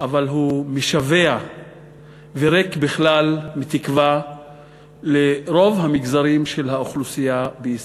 אבל הוא משווע וריק בכלל מתקווה לרוב המגזרים של האוכלוסייה בישראל.